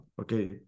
okay